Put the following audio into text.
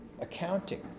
accounting